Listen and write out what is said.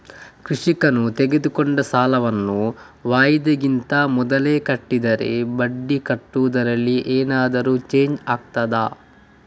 ಕೃಷಿಕನು ತೆಗೆದುಕೊಂಡ ಸಾಲವನ್ನು ವಾಯಿದೆಗಿಂತ ಮೊದಲೇ ಕಟ್ಟಿದರೆ ಬಡ್ಡಿ ಕಟ್ಟುವುದರಲ್ಲಿ ಏನಾದರೂ ಚೇಂಜ್ ಆಗ್ತದಾ?